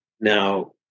Now